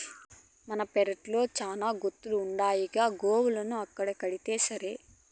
మన పెరట్ల శానా బోతుండాదిగా గోవులను ఆడకడితేసరి